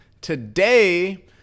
Today